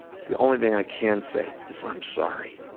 the only thing i can say is i'm sorry.